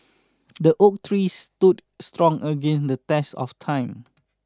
the oak tree stood strong against the test of time